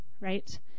right